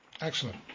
Excellent